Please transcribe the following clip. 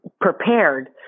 prepared